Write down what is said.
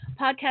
Podcast